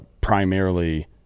primarily